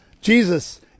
Jesus